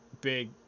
big